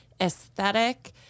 aesthetic